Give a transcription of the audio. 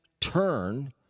turn